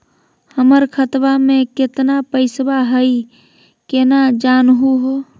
हमर खतवा मे केतना पैसवा हई, केना जानहु हो?